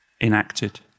enacted